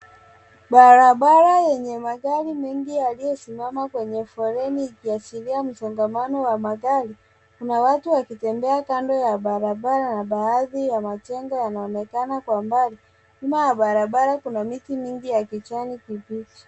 Barabara yenye magari mengi yaliyosimama kwenye foleni ikiashiria msongamano wa magari ,kuna watu wakitembea kando ya barabara na baadhi ya majengo yanaoonekana kwa mbali. Nyuma ya barabara kuna miti mingi ya kijani kibichi.